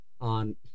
on